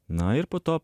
na ir po to